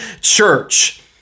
church